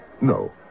No